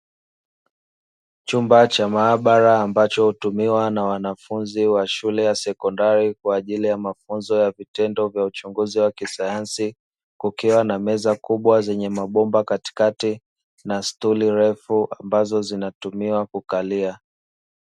Chumba cha maabara ambacho hutumika na wanafunzi wanshule ya sekondari kwa ajili ya mafunzo ya vitendo vya uchunguzi wa kisayansi, kukiwa na meza kubwa zenye mabomba katikati na stuli ndefu ambazo zinatumiwa kukalia.